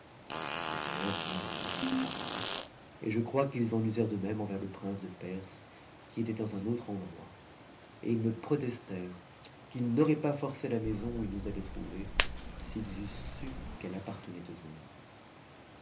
les voleurs vinrent me demander pardon et je crois qu'ils en usèrent de même envers le prince de perse qui était dans un autre endroit et ils me protestèrent qu'ils n'auraient pas forcé la maison où ils nous avaient trouvés s'ils eussent su qu'elle appartenait au